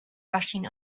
rushing